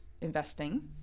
investing